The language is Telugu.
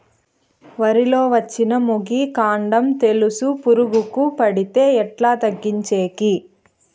వరి లో వచ్చిన మొగి, కాండం తెలుసు పురుగుకు పడితే ఎట్లా తగ్గించేకి?